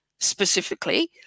specifically